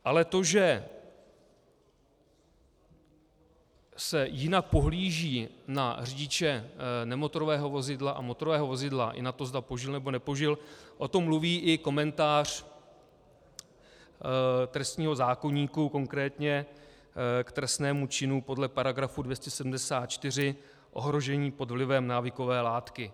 Ale to, že se jinak pohlíží na řidiče nemotorového vozidla a motorového vozidla, i na to, zda požil, nebo nepožil, o tom mluví i komentář trestního zákoníku, konkrétně k trestnému činu podle § 274, ohrožení pod vlivem návykové látky.